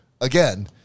again